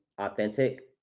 authentic